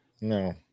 No